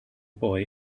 boy